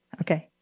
okay